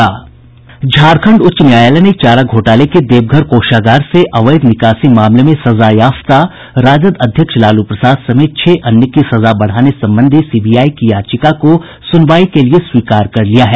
झारखंड उच्च न्यायालय ने चारा घोटाले के देवघर कोषागार से अवैध निकासी मामले में सजायाफ्ता राजद अध्यक्ष लालू प्रसाद समेत छह अन्य की सजा बढ़ाने संबंधी सीबीआई की याचिका को सुनवाई के लिए स्वीकार कर लिया है